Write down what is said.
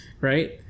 Right